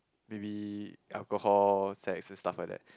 maybe alcohol sex and stuff like that